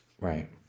Right